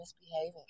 misbehaving